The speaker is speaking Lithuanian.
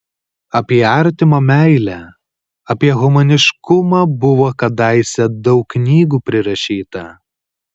apie artimo meilę apie humaniškumą buvo kadaise daug knygų prirašyta